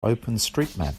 openstreetmap